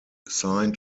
signed